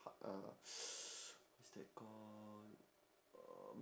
heart uh what's that call um